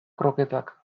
kroketak